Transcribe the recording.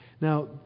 Now